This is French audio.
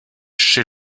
chez